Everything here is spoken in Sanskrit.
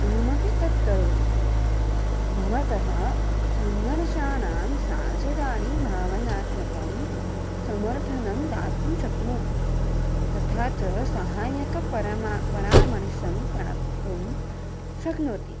अहमपि तत् करोमि भवतः सङ्घर्षाणां साचिदाणि भावनात्मकं समर्थनं दातुं शक्नोति तथा च सहायकपरमा परामर्शं प्राप्तुं शक्नोति